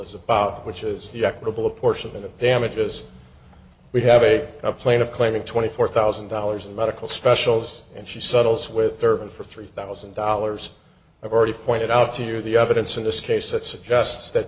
is about which is the equitable apportionment of damages we have a plan of claiming twenty four thousand dollars in medical specials and she settles with thirteen for three thousand dollars i've already pointed out to you the evidence in this case that suggests that